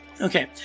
Okay